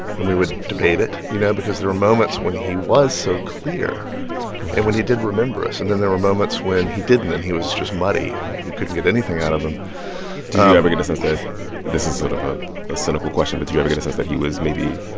and we would debate it, you know, because there were moments when he was so clear and when he did remember us. and then there were moments when he didn't, and he was just muddy, and we couldn't get anything out of him you ever get a sense that this is sort of ah a cynical question, but did you ever get a sense that he was maybe,